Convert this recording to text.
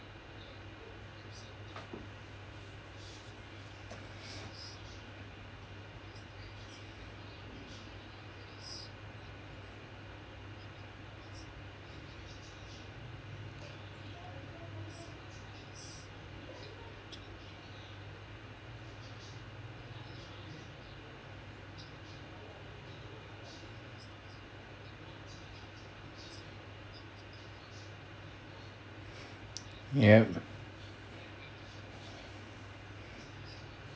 yup